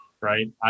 Right